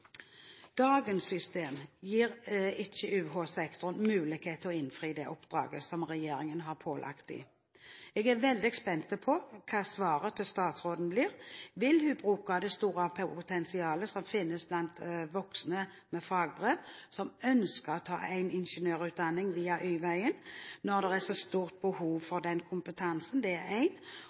Dagens system gir ikke UH-sektoren mulighet til å fullføre det oppdraget som regjeringen har pålagt dem. Jeg er veldig spent på hva svaret til statsråden blir. Vil hun bruke det store potensialet som finnes bant voksne med fagbrev som ønsker å ta en ingeniørutdanning via Y-veien, når det er så stort behov for den kompetansen? Det er